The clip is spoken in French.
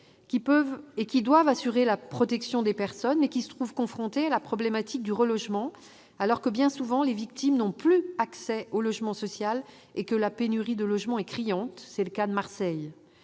aux maires, qui doivent assurer la protection des personnes mais se trouvent confrontés à la problématique du relogement alors que, bien souvent, les victimes n'ont plus accès au logement social et que la pénurie de logements est criante, comme c'est le cas à Marseille.